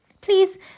Please